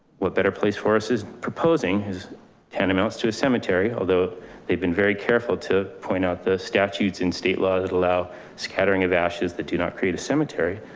what better place for us is proposing is panning mounts to a cemetery. although they've been very careful to point out the statutes in state law that allow scattering of ashes that do not create a cemetery,